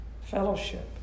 fellowship